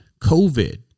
COVID